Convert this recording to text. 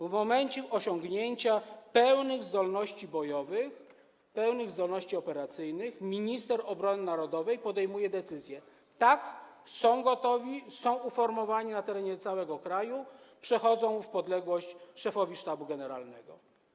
W momencie osiągnięcia pełnych zdolności bojowych i operacyjnych minister obrony narodowej podejmuje decyzję: Tak, są gotowi, są uformowani na terenie całego kraju, przechodzą w podległość szefowi Sztabu Generalnego.